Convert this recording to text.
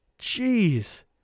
jeez